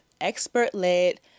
expert-led